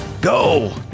go